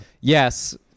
Yes